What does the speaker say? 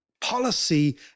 policy